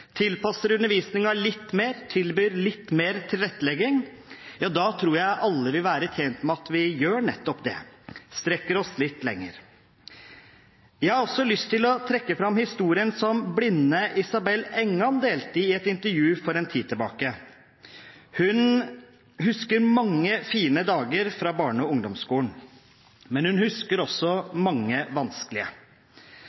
tilpasser undervisningen litt mer, tilbyr litt mer tilrettelegging, ja, da tror jeg alle vil være tjent med at vi gjør nettopp det, strekker oss litt lenger. Jeg har også lyst til å trekke fram historien som blinde Isabel Engan delte i et intervju for en tid tilbake. Hun husker mange fine dager fra barne- og ungdomsskolen, men hun husker også